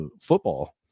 football